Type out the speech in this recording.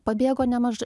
pabėgo nemažai